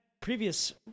previous